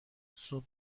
صبح